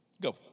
go